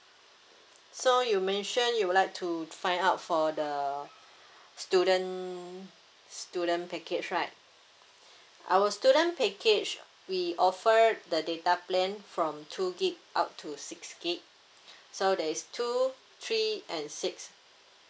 so you mention you would like to find out for the student student package right our student package we offer the data plan from two gig up to six gig so there is two three and six